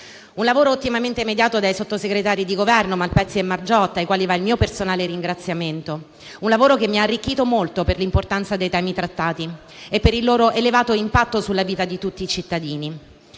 Un lavoro ottimamente mediato dai sottosegretari di Governo Malpezzi e Margiotta, ai quali va il mio personale ringraziamento, e che mi ha arricchito molto per l'importanza dei temi trattati e per il loro elevato impatto sulla vita di tutti i cittadini.